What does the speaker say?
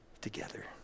together